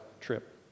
trip